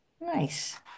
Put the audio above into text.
Nice